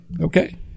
Okay